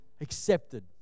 accepted